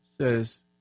says